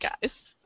guys